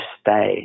stay